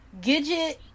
Gidget